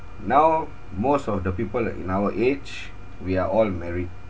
now most of the people in our age we are all married